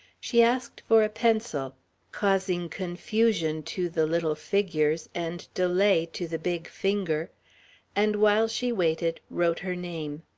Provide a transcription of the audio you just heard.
she asked for a pencil causing confusion to the little figures and delay to the big finger and, while she waited, wrote her name.